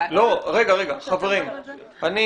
רגע, חברים, אני